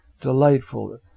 delightful